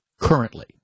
currently